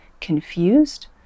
confused